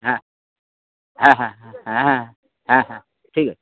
হ্যাঁ হ্যাঁ হ্যাঁ হ্যাঁ হ্যাঁ হ্যাঁ হ্যাঁ হ্যাঁ ঠিক আছে